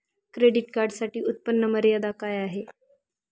Credit कार्डसाठी उत्त्पन्न मर्यादा काय आहे?